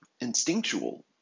instinctual